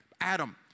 Adam